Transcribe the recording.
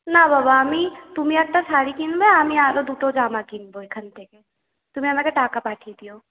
না বাবা আমি তুমি একটা শাড়ি কিনবে আমি আরও দুটো জামা কিনব এখান থেকে তুমি আমাকে টাকা পাঠিয়ে দিও